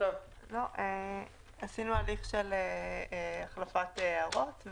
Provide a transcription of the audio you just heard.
עשינו הליך של החלפת הערות,